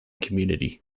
community